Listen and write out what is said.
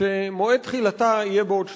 שמועד תחילתה יהיה בעוד שנתיים.